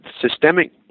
systemic